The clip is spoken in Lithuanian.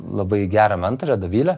labai gerą mentorę dovilę